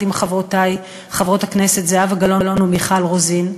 עם חברותי חברות הכנסת זהבה גלאון ומיכל רוזין,